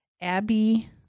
Abby